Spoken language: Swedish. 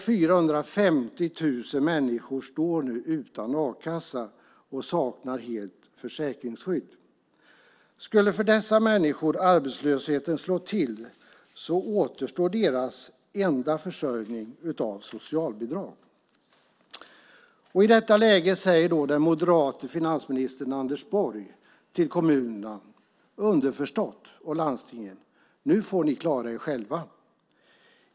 450 000 människor står nu utan a-kassa och saknar helt försäkringsskydd. Skulle för dessa människor arbetslösheten slå till återstår för deras försörjning endast socialbidrag. I detta läge säger den moderate finansministern Anders Borg till kommunerna och landstingen, underförstått, att de nu får klara sig själva.